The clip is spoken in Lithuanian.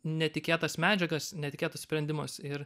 netikėtas medžiagas netikėtus sprendimus ir